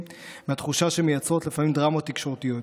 מהתחושה שמייצרות לפעמים דרמות תקשורתיות,